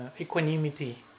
equanimity